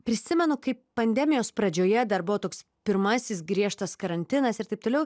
prisimenu kaip pandemijos pradžioje dar buvo toks pirmasis griežtas karantinas ir taip toliau